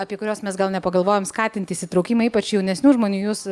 apie kuriuos mes gal nepagalvojom skatinti įsitraukimą ypač jaunesnių žmonių jūs